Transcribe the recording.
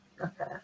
okay